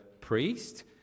priest